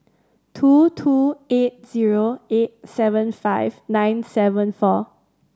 two two eight zero eight seven five nine seven four